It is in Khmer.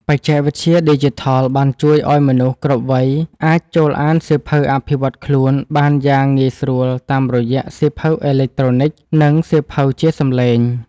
បច្ចេកវិទ្យាឌីជីថលបានជួយឱ្យមនុស្សគ្រប់វ័យ អាចចូលអានសៀវភៅអភិវឌ្ឍខ្លួនបានយ៉ាងងាយស្រួលតាមរយៈសៀវភៅអេឡិចត្រូនិក និងសៀវភៅជាសំឡេង។